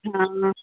ਹਾਂ